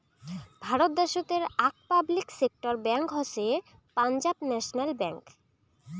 ভারত দ্যাশোতের আক public sector bank হসে পাঞ্জাব ন্যাশনাল ব্যাঙ্ক